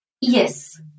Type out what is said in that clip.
Yes